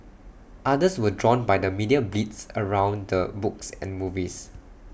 others were drawn by the media blitz around the books and movies